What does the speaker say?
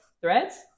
Threads